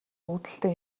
үүдэлтэй